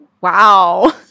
wow